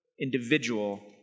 individual